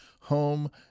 home